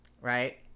right